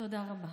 תודה רבה,